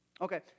Okay